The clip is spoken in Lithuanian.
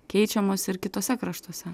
keičiamos ir kituose kraštuose